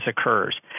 occurs